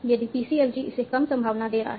यदि PCFG इसे कम संभावना दे रहा है